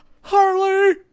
Harley